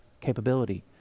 capability